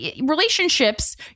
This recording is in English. relationships